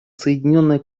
соединенное